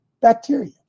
bacteria